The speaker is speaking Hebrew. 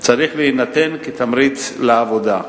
צריך להינתן כתמריץ לעבודה.